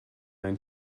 ein